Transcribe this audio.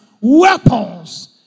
weapons